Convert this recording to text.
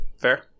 Fair